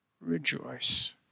rejoice